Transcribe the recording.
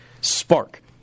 spark